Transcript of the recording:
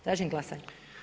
Tražim glasanje.